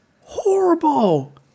horrible